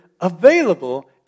available